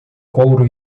couro